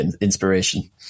inspiration